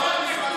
לא, כלום.